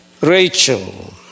Rachel